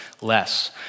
less